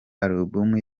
alubumu